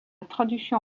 traduction